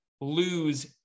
lose